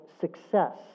success